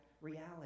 reality